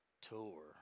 Tour